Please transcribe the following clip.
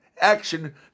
action